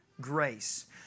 grace